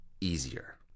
easier